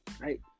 right